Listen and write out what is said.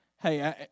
hey